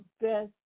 best